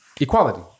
equality